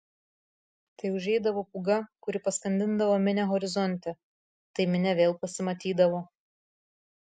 tai užeidavo pūga kuri paskandindavo minią horizonte tai minia vėl pasimatydavo